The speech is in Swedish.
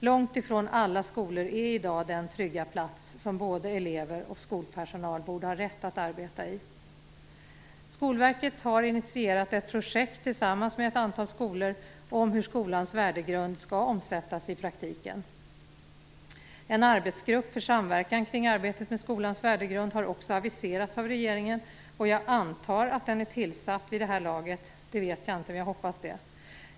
Långt ifrån alla skolor är i dag den trygga plats som både elever och skolpersonal borde ha rätt att arbeta i. Skolverket har tillsammans med ett antal skolor initierat ett projekt om hur skolans värdegrund skall omsättas i praktiken. En arbetsgrupp för samverkan kring arbetet med skolans värdegrund har också aviserats av regeringen. Jag antar att den är tillsatt vid det här laget. Det vet jag inte, men jag hoppas det.